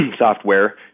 software